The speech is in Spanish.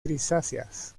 grisáceas